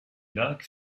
lac